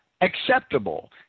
acceptable